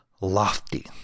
lofty